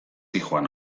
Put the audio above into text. zihoan